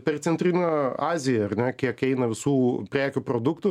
per centrinę aziją ar ne kiek eina visų prekių produktų